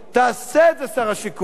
תעשה, שר השיכון.